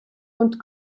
und